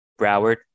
Broward